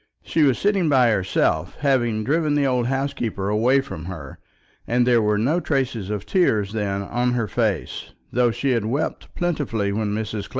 she was sitting by herself, having driven the old housekeeper away from her and there were no traces of tears then on her face, though she had wept plentifully when mrs.